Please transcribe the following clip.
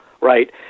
right